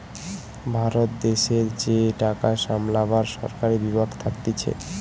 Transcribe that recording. ভারত দেশের যে টাকা সামলাবার সরকারি বিভাগ থাকতিছে